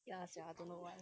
ya sia don't know why